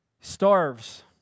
starves